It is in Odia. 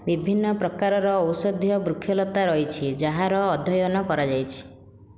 ବିଭିନ୍ନ ପ୍ରକାରର ଔଷଧୀୟ ବୃକ୍ଷଲତା ରହିଛି ଯାହାର ଅଧ୍ୟୟନ କରାଯାଇଛି